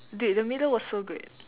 dude the middle was so good